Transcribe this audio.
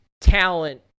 talent